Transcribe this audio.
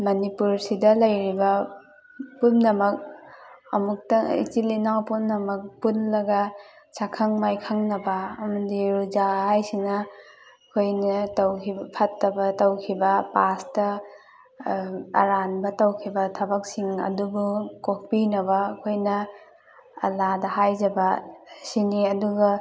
ꯃꯅꯤꯄꯨꯔꯁꯤꯗ ꯂꯩꯔꯤꯕ ꯄꯨꯝꯅꯃꯛ ꯑꯃꯨꯛꯇ ꯏꯆꯤꯜ ꯏꯅꯥꯎ ꯄꯨꯝꯅꯃꯛ ꯄꯨꯜꯂꯒ ꯁꯛꯈꯪ ꯃꯥꯏꯈꯪꯅꯕ ꯑꯃꯗꯤ ꯔꯨꯖꯥ ꯍꯥꯏꯁꯤꯅ ꯑꯩꯈꯣꯏꯅ ꯇꯧꯈꯤꯕ ꯐꯠꯇꯕ ꯇꯧꯈꯤꯕ ꯄꯥꯁꯇ ꯑꯔꯥꯟꯕ ꯇꯧꯈꯤꯕ ꯊꯕꯛꯁꯤꯡ ꯑꯗꯨꯕꯨ ꯀꯣꯛꯄꯤꯅꯕ ꯑꯩꯈꯣꯏꯅ ꯑꯜꯂꯥꯗ ꯍꯥꯏꯖꯕ ꯁꯤꯅꯤ ꯑꯗꯨꯒ